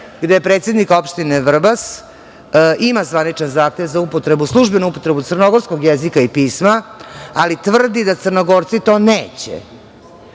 gde predsednik opštine Vrbas ima zvaničan zahtev za službenu upotrebu crnogorskog jezika i pisma, ali tvrdi da Crnogorci to neće.